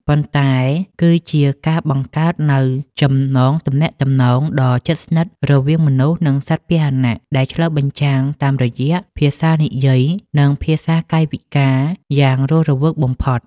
ប៉ុន្តែវាគឺជាការបង្កើតនូវចំណងទំនាក់ទំនងដ៏ជិតស្និទ្ធរវាងមនុស្ស និងសត្វពាហនៈ ដែលឆ្លុះបញ្ចាំងតាមរយៈភាសានិយាយ និងភាសាកាយវិការយ៉ាងរស់រវើកបំផុត។